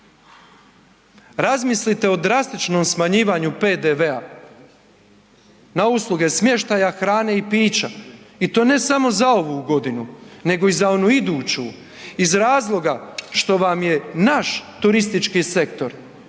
Razmislite o drastičnom smanjivanju PDV-a na usluge smještaja, hrane i pića i to ne samo za ovu godinu nego i za onu iduću iz razloga što vam je naš turistički sektor već